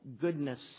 goodness